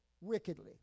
wickedly